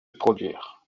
produire